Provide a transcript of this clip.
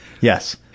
Yes